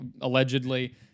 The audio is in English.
allegedly